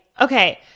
Okay